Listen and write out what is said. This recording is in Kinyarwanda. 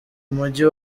mujyi